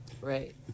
Right